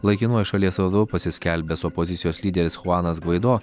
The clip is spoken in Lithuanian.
laikinuoju šalies vadovu pasiskelbęs opozicijos lyderis chuanas gvaido